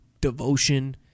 devotion